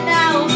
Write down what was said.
now